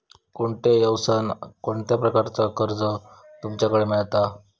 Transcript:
कोणत्या यवसाय कोणत्या प्रकारचा कर्ज तुमच्याकडे मेलता?